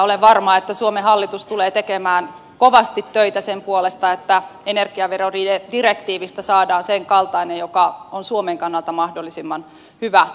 olen varma että suomen hallitus tulee tekemään kovasti töitä sen puolesta että energiaverodirektiivistä saadaan sen kaltainen joka on suomen kannalta mahdollisimman hyvä